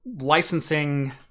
licensing